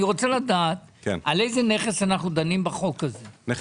אני רוצה לדעת על איזה נכס אנחנו דנים בחוק הזה?